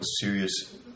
serious